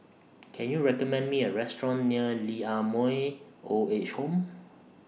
Can YOU recommend Me A Restaurant near Lee Ah Mooi Old Age Home